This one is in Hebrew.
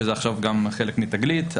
שזה עכשיו חלק מ'תגלית',